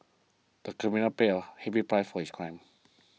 the criminal paid a heavy price for his crime